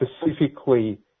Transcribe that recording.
specifically